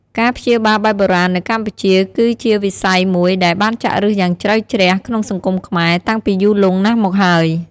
ការព្យាបាលបែបបុរាណ នៅកម្ពុជា គឺជាវិស័យមួយដែលបានចាក់ឫសយ៉ាងជ្រៅជ្រះក្នុងសង្គមខ្មែរ តាំងពីយូរលង់ណាស់មកហើយ។